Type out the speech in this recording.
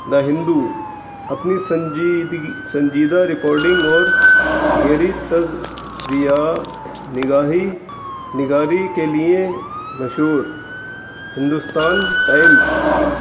دا ہندو اپنی سنجیدگ سنجیدہ رپارڈنگ اور گری تززیا نگاہی نگاری کے لیے مشہور ہندوستان ٹائمز